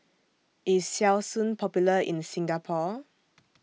IS Selsun Popular in Singapore